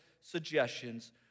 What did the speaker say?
suggestions